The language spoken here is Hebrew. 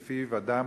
שלפיו אדם,